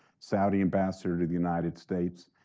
saudi ambassador to the united states,